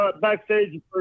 backstage